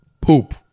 poop